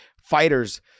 fighters